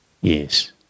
Yes